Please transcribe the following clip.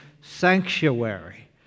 sanctuary